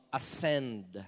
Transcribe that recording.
ascend